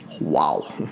Wow